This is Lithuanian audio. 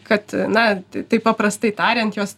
kad na taip paprastai tariant jos